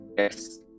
Yes